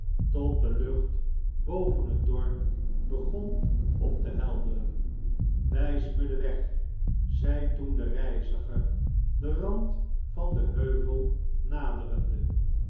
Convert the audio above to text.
tot de lucht boven het dorp begon op te helderen wp me den weg zei toen de reiziger den rand van den heuvel naderende